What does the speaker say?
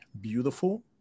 beautiful